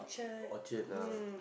Orchard lah